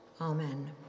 Amen